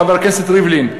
חבר הכנסת ריבלין,